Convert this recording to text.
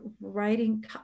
writing